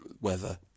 weather